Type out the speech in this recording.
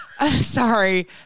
sorry